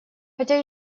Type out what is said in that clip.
хотя